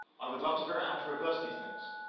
i would love to figure out how to reversion these things.